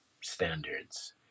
Standards